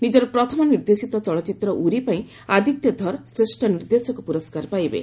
ନିଜର ପ୍ରଥମ ନିର୍ଦ୍ଦେଶିତ ଚଳଚ୍ଚିତ୍ର 'ଉରୀ' ପାଇଁ ଆଦିତ୍ୟ ଧର୍ ଶ୍ରେଷ୍ଠ ନିର୍ଦ୍ଦେଶକ ପୁରସ୍କାର ପାଇବେ